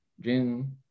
Jin